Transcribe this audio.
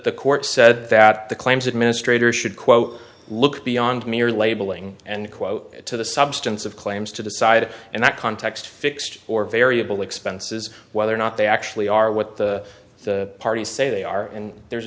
the court said that the claims administrator should quote look beyond mere labeling and quote to the substance of claims to decide and that context fixed or variable expenses whether or not they actually are what the parties say they are and there's